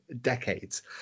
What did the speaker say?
decades